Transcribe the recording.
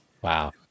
Wow